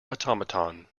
automaton